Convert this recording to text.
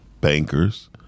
bankers